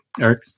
Eric